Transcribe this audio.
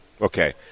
Okay